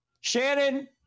Shannon